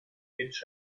ecc